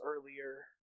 earlier